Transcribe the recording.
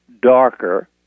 darker